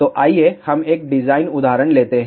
तो आइए हम एक डिज़ाइन उदाहरण लेते हैं